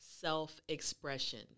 self-expression